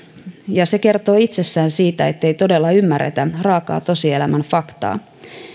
ja se kertoo itsessään siitä ettei todella ymmärretä raakaa tosielämän faktaa